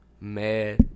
Mad